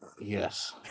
Yes